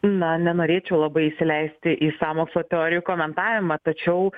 na nenorėčiau labai įsileisti į sąmokslo teorijų komentavimą tačiau